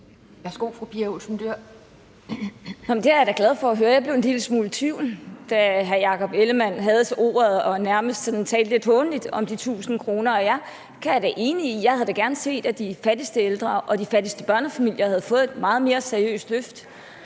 Kl. 10:58 Pia Olsen Dyhr (SF): Det er jeg da glad for at høre, for jeg blev en lille smule i tvivl, da hr. Jakob Ellemann-Jensen havde ordet og nærmest talte lidt hånligt om de 1.000 kr. Jeg er da enig i det, for jeg havde da gerne set, at de fattigste ældre og de fattigste børnefamilier havde fået et meget mere seriøst løft,